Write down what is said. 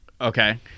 Okay